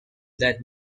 that